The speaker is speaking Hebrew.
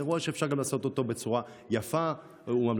אירוע שאפשר גם לעשות אותו בצורה יפה וממלכתית.